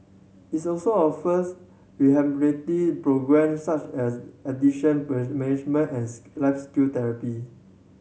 its also offers rehabilitative programme such as addiction management and life skill therapy